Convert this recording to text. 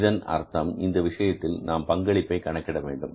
இதன் அர்த்தம் இந்த விஷயத்தில் நாம் பங்களிப்பை கணக்கிட வேண்டும்